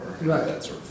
Right